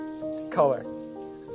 Color